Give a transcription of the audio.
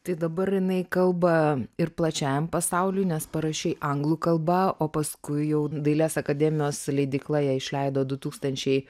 tai dabar jinai kalba ir plačiajam pasauliui nes parašei anglų kalba o paskui jau dailės akademijos leidykla ją išleido du tūkstančiai